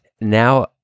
now